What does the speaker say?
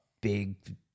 big